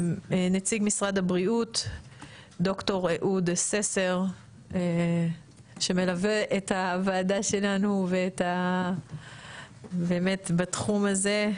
נציג משרד הבריאות ד"ר אהוד ססר שמלווה את הוועדה שלנו ובאמת בתחום הזה,